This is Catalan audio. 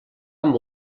amb